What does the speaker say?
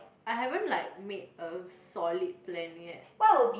I haven't like made a solid plan yet